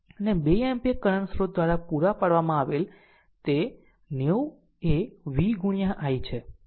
અને 2 ampere current સ્રોત દ્વારા પૂરા પાડવામાં આવેલ r તે 90 એ v ગુણ્યા i છે